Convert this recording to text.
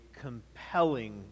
compelling